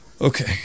Okay